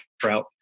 trout